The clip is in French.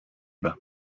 bas